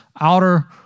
outer